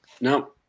No